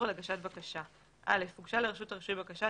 על הגשת בקשה הוגשה לרשות הרישוי בקשה,